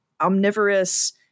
omnivorous